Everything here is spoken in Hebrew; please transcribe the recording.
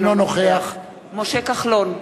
אינו נוכח משה כחלון,